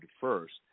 first